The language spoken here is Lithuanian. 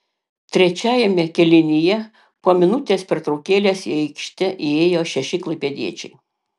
trečiajame kėlinyje po minutės pertraukėlės į aikštę įėjo šeši klaipėdiečiai